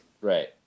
Right